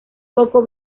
poco